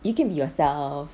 you can be yourself